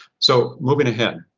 so moving ahead,